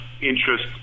interest